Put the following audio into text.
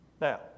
Now